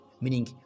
Meaning